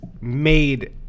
made